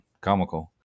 comical